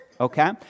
okay